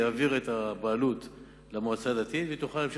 יעביר את הבעלות למועצה הדתית,